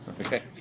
Okay